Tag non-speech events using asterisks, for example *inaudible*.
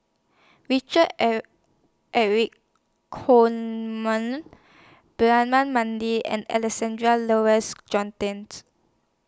Richard *unintelligible* Eric Holttum Braema Mathi and Alexander Laurie's Johnston's